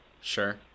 Sure